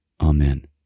Amen